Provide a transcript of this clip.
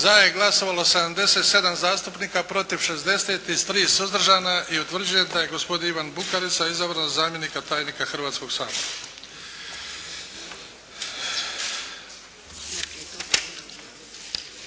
Za je glasovalo 77 zastupnika, protiv 60 i s 3 suzdržana i utvrđujem da je gospodin Ivan Bukarica izabran za zamjenika tajnika Hrvatskoga sabora.